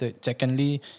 secondly